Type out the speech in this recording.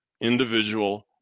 individual